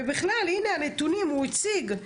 ובכלל, הנה הנתונים - הוא הציג.